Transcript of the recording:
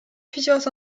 plusieurs